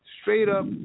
Straight-up